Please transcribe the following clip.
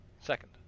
Second